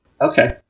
Okay